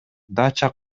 дача